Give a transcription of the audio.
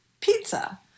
pizza